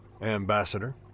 Ambassador